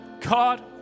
God